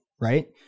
Right